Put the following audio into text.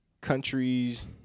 countries